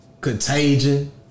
Contagion